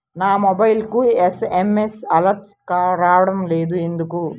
నా మొబైల్కు SMS alerts రావడం లేదు ఎందుకు?